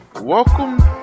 welcome